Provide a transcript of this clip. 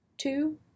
Two-